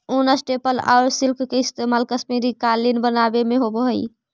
ऊन, स्टेपल आउ सिल्क के इस्तेमाल कश्मीरी कालीन बनावे में होवऽ हइ